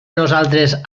nosaltres